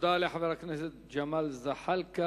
תודה לחבר הכנסת ג'מאל זחאלקה.